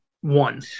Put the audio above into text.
one